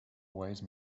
wise